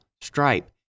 Stripe